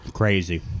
crazy